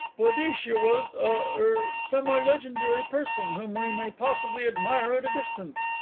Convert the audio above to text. boadicea was a er semi-legendary person, whom we may possibly admire at a distance.